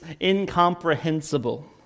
incomprehensible